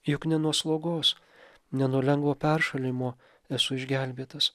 juk ne nuo slogos ne nuo lengvo peršalimo esu išgelbėtas